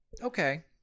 Okay